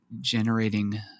generating